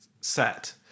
set